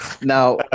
Now